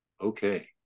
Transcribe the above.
Okay